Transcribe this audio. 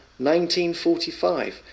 1945